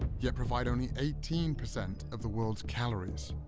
ah yet provide only eighteen percent of the world's calories.